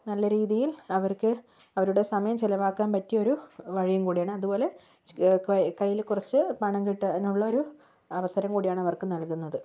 നല്ല രീതിയിൽ അവർക്ക് അവരുടെ സമയം ചിലവാക്കാൻ പറ്റിയൊരു വഴിയും കൂടിയാണ് അതുപോലെ കയ്യിൽ കുറച്ച് പണം കിട്ടാനുള്ളൊരു അവസരം കൂടിയാണ് അവർക്ക് നൽകുന്നത്